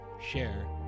share